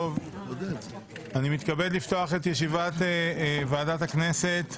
אני מתכבד לפתוח את ישיבת ועדת הכנסת.